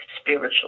spiritual